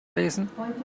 lesen